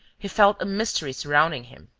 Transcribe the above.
he felt a mystery surrounding him.